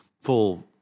full